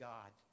God